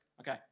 Okay